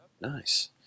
nice